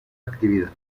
actividad